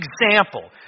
example